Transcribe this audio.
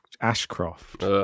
Ashcroft